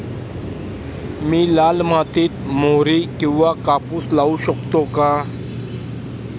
मी लाल मातीत मोहरी किंवा कापूस लावू शकतो का?